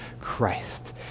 Christ